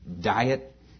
diet